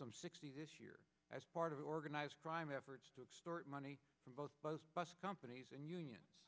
some sixty this year as part of organized crime efforts to extort money from both bus bus companies and unions